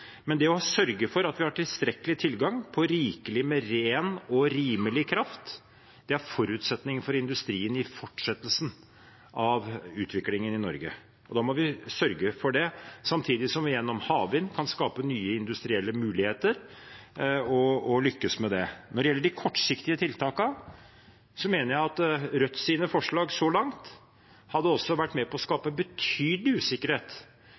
Det å sørge for at vi har tilstrekkelig tilgang på rikelig med ren og rimelig kraft, er forutsetningen for industrien i fortsettelsen av utviklingen i Norge. Da må vi sørge for det samtidig som vi gjennom havvind kan skape nye industrielle muligheter og lykkes med det. Når det gjelder de kortsiktige tiltakene, mener jeg at Rødts forslag så langt også hadde vært med på å skape betydelig usikkerhet